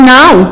now